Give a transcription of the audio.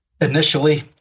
initially